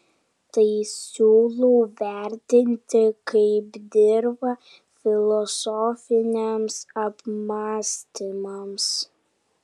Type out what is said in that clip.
tai siūlau vertinti kaip dirvą filosofiniams apmąstymams